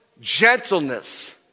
gentleness